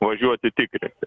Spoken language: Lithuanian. važiuoti tikrinti